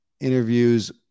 interviews